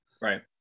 right